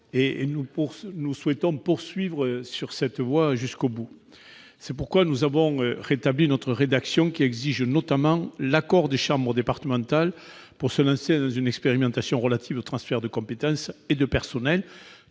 nous souhaitons poursuivre dans cette voie jusqu'au bout. C'est pourquoi nous avons rétabli notre rédaction, qui exige notamment l'accord des chambres départementales pour le lancement d'une expérimentation relative au transfert de compétences et de personnels,